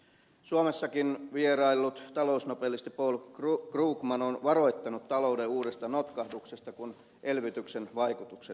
suomessakin vieraillut talousnobelisti paul krugman on varoittanut talouden uudesta notkahduksesta kun elvytyksen vaikutukset hiipuvat